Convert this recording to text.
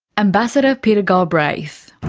ambassador peter galbraith.